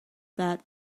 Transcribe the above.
that